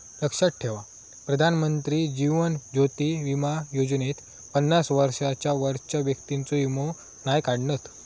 लक्षात ठेवा प्रधानमंत्री जीवन ज्योति बीमा योजनेत पन्नास वर्षांच्या वरच्या व्यक्तिंचो वीमो नाय काढणत